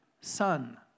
son